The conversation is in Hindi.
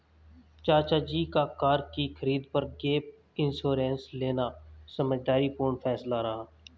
चाचा जी का कार की खरीद पर गैप इंश्योरेंस लेना समझदारी पूर्ण फैसला रहा